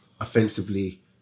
offensively